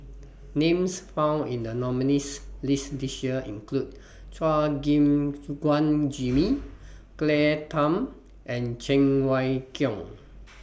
Names found in The nominees' list This Year include Chua Gim Guan Jimmy Claire Tham and Cheng Wai Keung